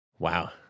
Wow